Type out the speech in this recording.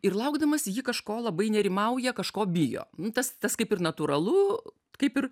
ir laukdamasi ji kažko labai nerimauja kažko bijo tas tas kaip ir natūralu kaip ir